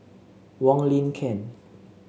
Wong Lin Ken